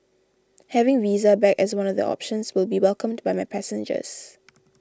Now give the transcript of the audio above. having Visa back as one of the options will be welcomed by my passengers